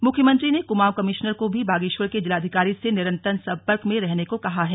मुख्यमंत्री ने कुमाऊं कमिश्नर को भी बागेश्वर के जिलाधिकारी से निरंतर सम्पर्क में रहने को कहा है